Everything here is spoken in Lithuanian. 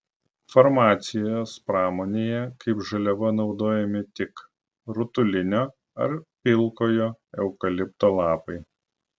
farmacijos pramonėje kaip žaliava naudojami tik rutulinio ar pilkojo eukalipto lapai